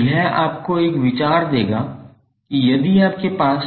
तो यह आपको एक विचार देगा कि यदि आपके पास